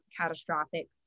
catastrophic